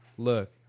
Look